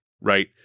right